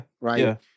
right